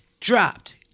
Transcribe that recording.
dropped